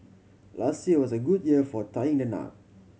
last year was a good year for tying the knot